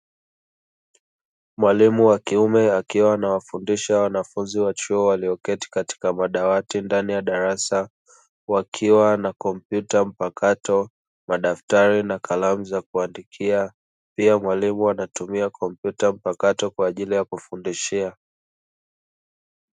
Mwalimu wa kiume, akiwa anawafundisha wanafunzi wa chuo walioketi katika madawati ndani ya darasa, wakiwa na kompyuta mpakato, madaftari na kalamu za kuandikia. Pia, mwalimu anatumia kompyuta mpakato kwa ajili ya kufundishia.